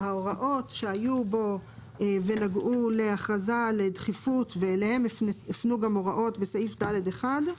ההוראות שהיו בו ונגעו להכרזה על דחיפות פשוט יועתקו לסעיף קטן (ד1)